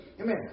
Amen